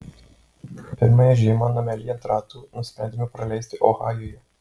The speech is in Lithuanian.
pirmąją žiemą namelyje ant ratų nusprendėme praleisti ohajuje